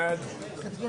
עשרה.